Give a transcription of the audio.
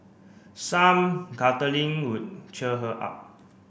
some cuddling would cheer her up